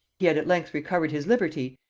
he had at length recovered his liberty,